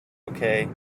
okay